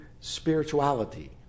spirituality